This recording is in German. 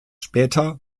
später